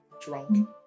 drunk